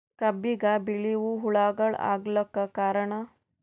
ಕಬ್ಬಿಗ ಬಿಳಿವು ಹುಳಾಗಳು ಆಗಲಕ್ಕ ಕಾರಣ?